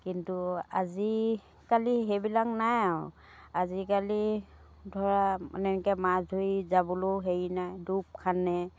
কিন্তু আজিকালি সেইবিলাক নাই আৰু আজিকালি ধৰা এনেকৈ মাছ ধৰি যাবলৈও হেৰি নাই খান্দে